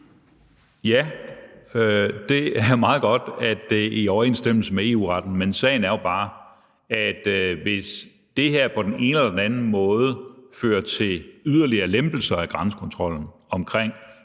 Ja, det er meget godt, at det er i overensstemmelse med EU-retten, men sagen er jo bare, at hvis det her på den ene eller den anden måde fører til yderligere lempelser af grænsekontrollen omkring